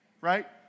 Right